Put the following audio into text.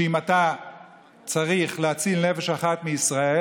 שאם אתה צריך להציל נפש אחת מישראל,